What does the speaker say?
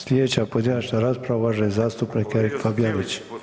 Sljedeća pojedinačna rasprava ... [[Upadica se ne čuje.]] uvaženi zastupnik Erik Fabijanić.